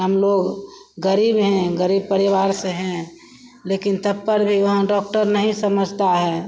हमलोग गरीब हैं गरीब परिवार से हैं लेकिन तब पर भी वहाँ डॉक्टर नहीं समझता है